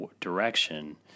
direction